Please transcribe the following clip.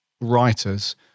writers